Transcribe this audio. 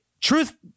truth